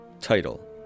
Title